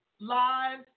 live